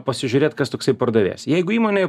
pasižiūrėt kas toksai pardavėjas jeigu įmonė